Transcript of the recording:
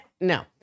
No